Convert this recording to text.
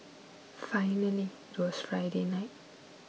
finally it was Friday night